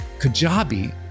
Kajabi